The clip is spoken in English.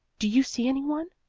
do you see any one?